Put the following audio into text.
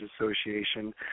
Association